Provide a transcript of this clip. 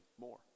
more